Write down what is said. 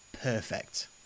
Perfect